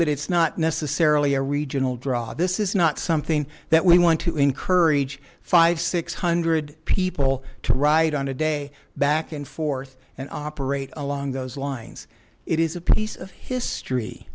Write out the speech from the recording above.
but it's not necessarily a regional draw this is not something that we want to encourage five six hundred people to ride on a day back and forth and operate along those lines it is a piece of history